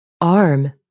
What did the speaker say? arm